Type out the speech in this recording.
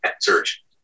search